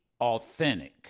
authentic